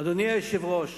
אדוני היושב-ראש,